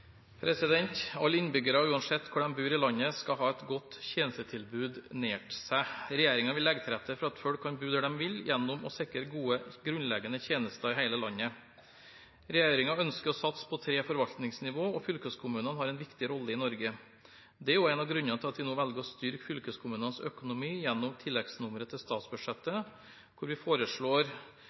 Alle innbyggere, uansett hvor de bor i landet, skal ha et godt tjenestetilbud nært seg. Regjeringen vil legge til rette for at folk kan bo der de vil, gjennom å sikre gode grunnleggende tjenester i hele landet. Regjeringen ønsker å satse på tre forvaltningsnivå, og fylkeskommunene har en viktig rolle i Norge. Det er også en av grunnene til at vi nå velger å styrke fylkeskommunenes økonomi gjennom tilleggsnummeret til statsbudsjettet, hvor vi foreslår